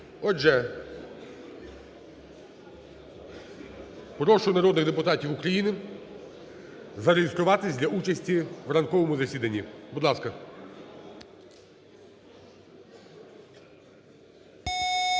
Отже, прошу народних депутатів України зареєструватись для участі в ранковому засіданні. Будь ласка.